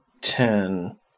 Ten